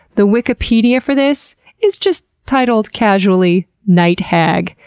the wikipedia for this is just titled casually night hag,